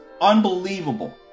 unbelievable